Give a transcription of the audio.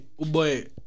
Uboy